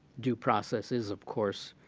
due process is, of course,